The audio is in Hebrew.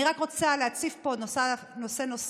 אני רק רוצה להציג פה נושא נוסף,